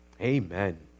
Amen